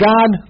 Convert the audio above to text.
God